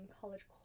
college